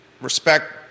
respect